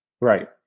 Right